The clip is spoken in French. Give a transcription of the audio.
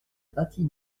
bâtie